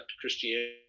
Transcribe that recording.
Christianity